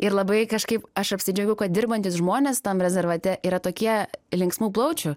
ir labai kažkaip aš apsidžiaugiau kad dirbantys žmonės tam rezervate yra tokie linksmų plaučių